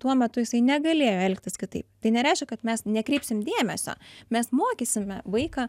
tuo metu jisai negalėjo elgtis kitaip tai nereiškia kad mes nekreipsim dėmesio mes mokysime vaiką